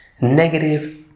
negative